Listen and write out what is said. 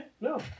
No